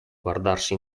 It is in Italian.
guardarsi